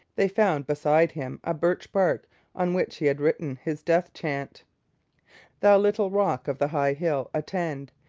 they found beside him a birch bark on which he had written his death chant thou little rock of the high hill, attend!